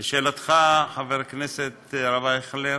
לשאלתך, חבר הכנסת הרב אייכלר,